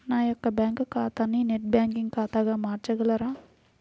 నా యొక్క బ్యాంకు ఖాతాని నెట్ బ్యాంకింగ్ ఖాతాగా మార్చగలరా?